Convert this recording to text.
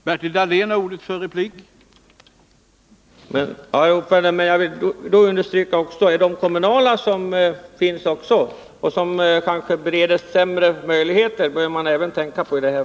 Herr talman! Jag vill då understryka att man i detta fall även bör tänka på de kommunala flygplatser som finns och som kanske får sämre möjligheter.